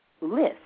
list